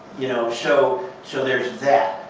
you know so so there's that.